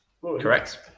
Correct